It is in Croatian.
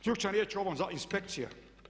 Ključna riječ u ovom inspekcija.